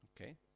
okay